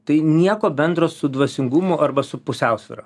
tai nieko bendro su dvasingumu arba su pusiausvyra